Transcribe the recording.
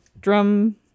Drum